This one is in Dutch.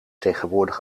tegenwoordig